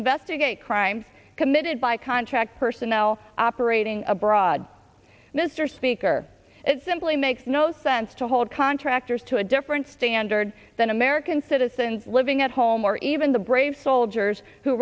investigate crimes committed by contract personnel operating abroad mr speaker it simply makes no sense to hold contractors to a different standard than american citizens living at home or even the brave soldiers who